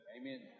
Amen